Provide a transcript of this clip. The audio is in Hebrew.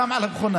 חם על המכונה.